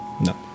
No